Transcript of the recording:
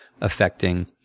affecting